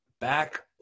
back